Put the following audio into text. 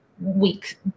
week